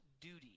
duty